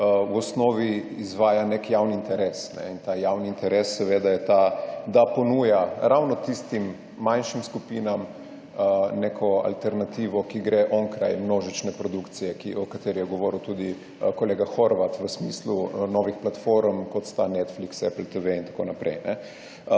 v osnovi izvaja nek javni interes. In ta javni interes seveda je ta, da ponuja ravno tistim manjšim skupinam neko alternativo, ki gre onkraj množične produkcije, o kateri je govoril tudi kolega Horvat v smislu novih platform, kot sta Netflix, Apple TV in tako naprej.